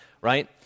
right